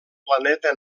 planeta